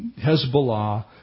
Hezbollah